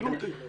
אפילו אותי.